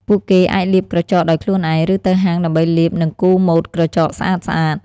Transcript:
ពួកគេអាចលាបក្រចកដោយខ្លួនឯង ឬទៅហាងដើម្បីលាបនិងគូរម៉ូតក្រចកស្អាតៗ។